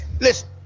listen